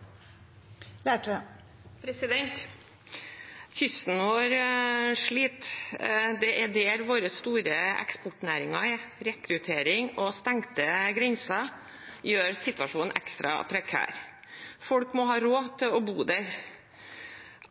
til oppfølgingsspørsmål. Kysten vår sliter. Det er der våre store eksportnæringer er. Rekruttering og stengte grenser gjør situasjonen ekstra prekær. Folk må ha råd til å bo der.